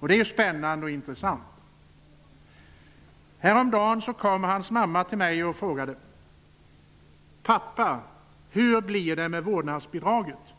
och det är ju spännande och intressant. Häromdagen kom hans mamma till mig och frågade: Pappa, hur blir det med vårdnadsbidraget?